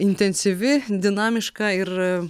intensyvi dinamiška ir